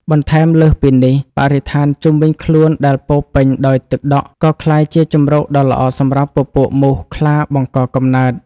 បន្ថែមលើសពីនេះ បរិស្ថានជុំវិញខ្លួនដែលពោរពេញដោយទឹកដក់ ក៏ក្លាយជាជម្រកដ៏ល្អសម្រាប់ពពួកមូសខ្លាបង្កកំណើត។